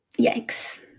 Yikes